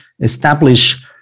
establish